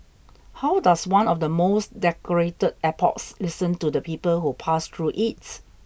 how does one of the most decorated airports listen to the people who pass through it